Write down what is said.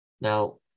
Now